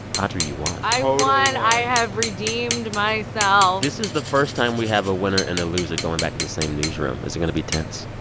audrey, you won i ah won totally won i have redeemed myself this is the first time we have a winner and a loser going back to the same newsroom. is it going to be tense?